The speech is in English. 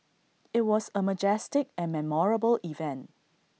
IT was A majestic and memorable event